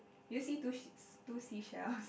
do you see two sea~ two seashells